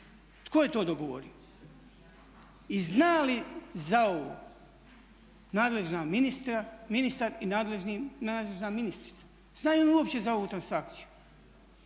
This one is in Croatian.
Tko je to dogovorio? I zna li za ovo nadležan ministar i nadležna ministrica? Znaju li uopće za ovu transakciju?